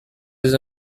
des